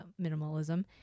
minimalism